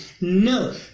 No